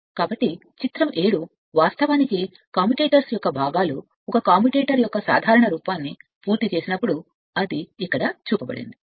కాబట్టిచిత్రం 7 వాస్తవానికి కమ్యుటేటర్స్ యొక్క భాగాలు ఒక కమ్యుటేటర్ యొక్క సాధారణ రూపాన్ని పూర్తి చేసినప్పుడు అది ఈ సంఖ్యను ఇక్కడ చూపిస్తుంది